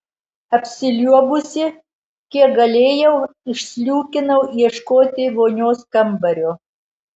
apsiliuobusi kiek galėjau išsliūkinau ieškoti vonios kambario